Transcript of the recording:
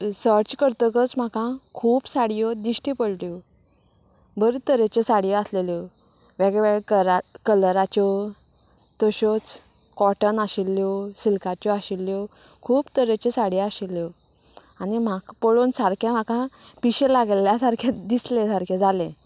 search करतकच म्हाका खूब साडयो दिश्टी पडल्यो बरे तरेच्यो साडयो आसलेल्यो वेगवेगळ्या कलार कलराच्यो तश्योच काॅटन आशिल्ल्यो सिल्काच्यो आशिल्ल्यो खूब तरेच्यो साडयो आशिल्ल्यो आनी म्हाका पळोवन सारकें म्हाका पिशें लागल्या सारकें दिसलें सारकें जालें